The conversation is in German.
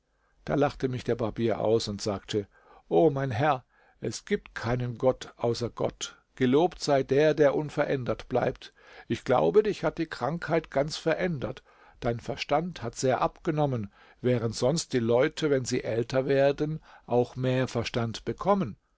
da lachte mich der barbier aus und sagte o mein herr es gibt keinen gott außer gott gelobt sei der der unverändert bleibt ich glaube dich hat die krankheit ganz verändert dein verstand hat sehr abgenommen während sonst die leute wenn sie älter werden auch mehr verstand bekommen